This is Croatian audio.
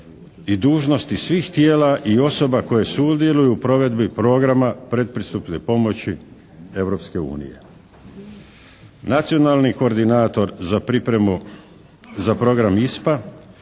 i dužnosti svih tijela i osoba koje sudjeluju u provedbi programa predpristupne pomoći Europske unije. Nacionalni koordinator za pripremu za program ISPA